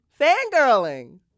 fangirling